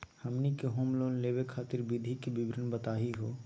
हमनी के home loan लेवे खातीर विधि के विवरण बताही हो?